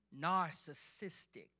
Narcissistic